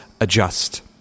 adjust